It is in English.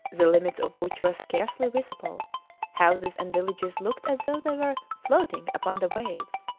the limits of which were scarcely visible houses and villages looked as though they were floating upon the waves.